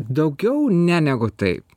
daugiau ne negu taip